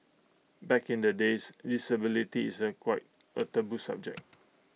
back in the days disability is A quite A taboo subject